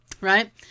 Right